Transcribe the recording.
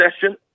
session